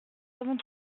avons